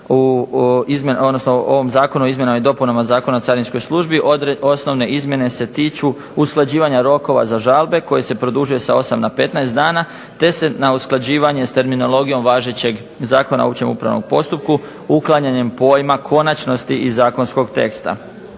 ovog zakona o izmjenama i dopunama Zakona o carinskoj službi osnovne izmjene se tiču usklađivanja rokova za žabe koje se produžuje sa 8 na 15 dana, te se na usklađivanje s terminologijom važećeg Zakona o opće upravnom postupku uklanjanjem pojma konačnosti iz zakonskog teksta.